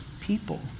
people